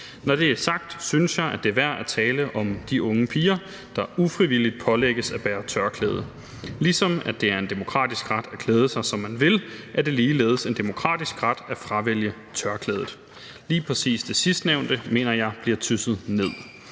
Når det er sagt, synes jeg, at det er værd at tale om de unge piger, der ufrivilligt pålægges at bære tørklæde. Ligesom det er en demokratisk ret at klæde sig, som man vil, er det en demokratisk ret at fravælge tørklædet. Lige præcis det sidstnævnte mener jeg bliver tysset ned.